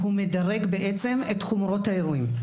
הוא מדרג בעצם את חומרות האירועים.